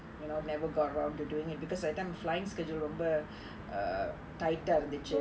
you know never got around to doing it because that time flying schedule ரொம்ப:romba tight ah இருந்துச்சா:irunthachu